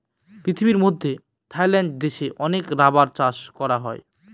পৃথিবীর মধ্যে থাইল্যান্ড দেশে অনেক রাবার চাষ করা হয়